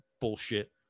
bullshit